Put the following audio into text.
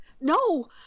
No